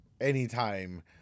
anytime